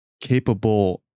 capable